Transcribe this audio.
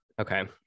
Okay